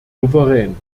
souverän